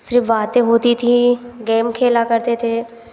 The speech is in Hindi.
सिर्फ़ बातें होती थी गैम खेला करते थे